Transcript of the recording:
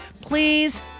please